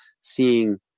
seeing